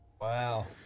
Wow